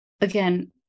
again